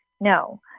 No